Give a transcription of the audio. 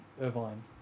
Irvine